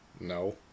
No